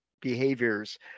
behaviors